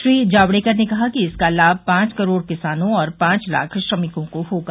श्री जावडेकर ने कहा कि इसका लाम पांच करोड़ किसानों और पांच लाख श्रमिकों को होगा